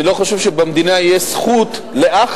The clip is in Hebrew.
אני לא חושב שבמדינה יש זכות לאח,